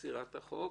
יצירת החוק